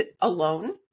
alone